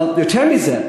אבל יותר מזה,